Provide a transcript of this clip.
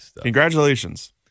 Congratulations